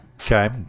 Okay